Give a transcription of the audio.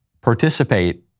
participate